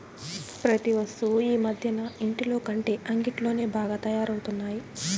ప్రతి వస్తువు ఈ మధ్యన ఇంటిలోకంటే అంగిట్లోనే బాగా తయారవుతున్నాయి